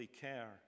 care